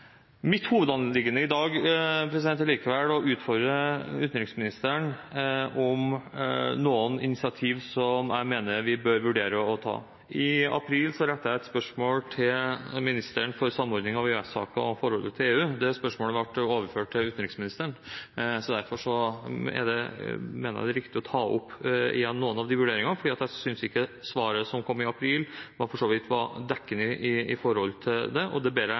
Mitt hovedanliggende i dag er likevel å utfordre utenriksministeren på noen initiativ som jeg mener vi bør vurdere å ta. I april rettet jeg et spørsmål til ministeren for samordning av EØS-saker og forholdet til EU. Det spørsmålet ble overført til utenriksministeren. Derfor mener jeg det er riktig å ta opp igjen noen av de vurderingene, for jeg synes ikke svaret som kom i april, for så vidt var dekkende, og det ber jeg utenriksministeren ta med seg og vurdere. Det